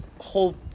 whole